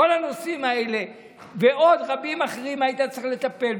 בכל הנושאים האלה ועוד רבים אחרים היית צריך לטפל.